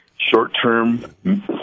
short-term